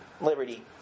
liberty